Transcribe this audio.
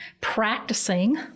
practicing